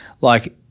Like-